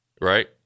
right